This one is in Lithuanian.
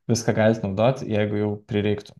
viską galit naudot jeigu jau prireiktų